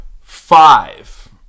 five